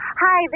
Hi